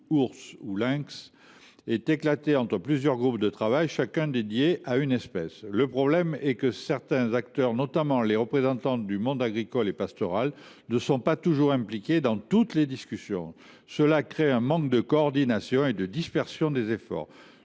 ou lynx – est éclatée entre plusieurs groupes de travail, chacun dédié à une espèce. Le problème est que certains acteurs, notamment les représentants du monde agricole et pastoral, ne sont pas toujours impliqués dans toutes les discussions. Cela crée un manque de coordination et une dispersion des efforts.